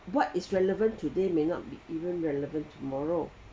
what is relevant today may not be even relevant tomorrow